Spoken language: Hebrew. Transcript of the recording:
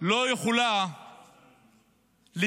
לא יכולה להתנגד